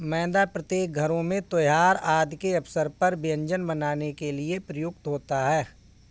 मैदा प्रत्येक घरों में त्योहार आदि के अवसर पर व्यंजन बनाने के लिए प्रयुक्त होता है